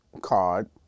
card